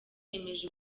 yemeje